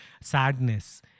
sadness